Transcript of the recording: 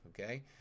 okay